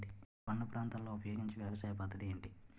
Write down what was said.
కొండ ప్రాంతాల్లో ఉపయోగించే వ్యవసాయ పద్ధతి ఏంటి?